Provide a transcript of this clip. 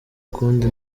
kundi